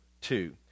two